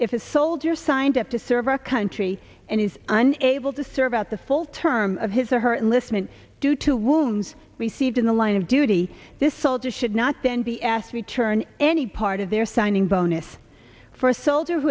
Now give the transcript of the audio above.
if a soldier signed up to serve our country and is unable to serve out the full term of his or her listen to two rooms received in the line of duty this soldier should not then be asked return any part of their signing bonus for a soldier